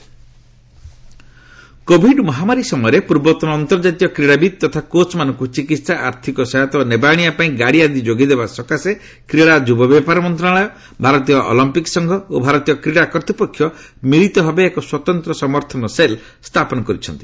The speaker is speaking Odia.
କ୍ରୀଡ଼ାବିତ ସହାୟତା କୋଭିଡ ମହାମାରୀ ସମୟରେ ପୂର୍ବତନ ଅନ୍ତର୍ଜାତୀୟ କ୍ରୀଡ଼ାବିତ୍ ତଥା କୋଚ୍ମାନଙ୍କୁ ଚିକିତ୍ସା ଆର୍ଥିକ ସହାୟତା ଓ ନେବାଆଶିବା ପାଇଁ ଗାଡ଼ି ଆଦି ଯୋଗାଇଦେବା ସକାଶେ କ୍ରୀଡ଼ା ଓ ଯୁବବ୍ୟାପାର ମନ୍ତ୍ରଣାଳୟ ଭାରତୀୟ ଅଲମ୍ପିକ ସଂଘ ଓ ଭାରତୀୟ କ୍ରୀଡ଼ା କର୍ତ୍ତୃପକ୍ଷ ମିଳିତ ଭାବେ ଏକ ସ୍ୱତନ୍ତ୍ର ସମର୍ଥନ ସେଲ୍ ସ୍ଥାପନ କରିଛନ୍ତି